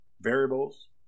variables